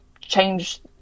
change